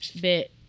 bit